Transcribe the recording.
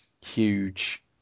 huge